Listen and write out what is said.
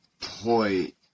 point